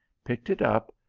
picked it up,